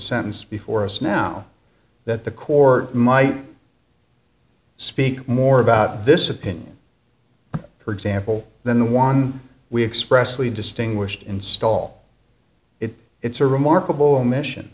sentence before us now that the court might speak more about this opinion for example than the one we expressly distinguished install it it's a remarkable omission